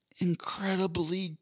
incredibly